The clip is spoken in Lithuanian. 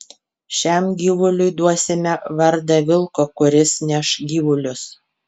šiam gyvuliui duosime vardą vilko kuris neš gyvulius